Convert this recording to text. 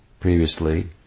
previously